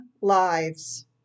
lives